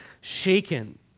shaken